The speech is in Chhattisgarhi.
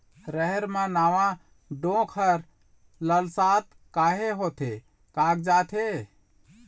रहेड़ म नावा डोंक हर लसलसा काहे होथे कागजात हे?